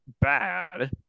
bad